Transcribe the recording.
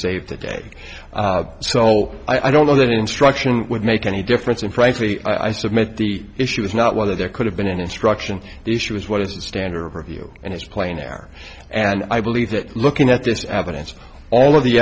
save the day so i don't know that instruction would make any difference and frankly i submit the issue is not whether there could have been an instruction the issue is what is the standard of review and it's plain there and i believe that looking at this evidence all of the